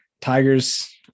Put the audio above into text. Tigers